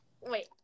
wait